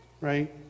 Right